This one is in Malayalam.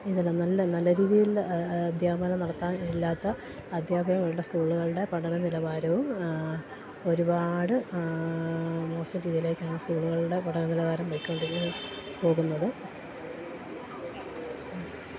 ഇതെല്ലാം നല്ല നല്ല രീതിയിൽ അദ്ധ്യാപനം നടത്താൻ ഇല്ലാത്ത അദ്ധ്യാപകരുള്ള സ്കൂളുകളുടെ പഠന നിലവാരവും ഒരുപാട് മോശം രീതീലേക്കാണ് സ്കൂളുകളുടെ പഠന നിലവാരം പോയിക്കൊണ്ടിരിക്കുന്നത് പോകുന്നത്